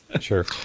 sure